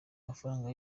mafaranga